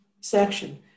section